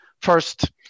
First